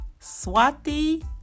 Swati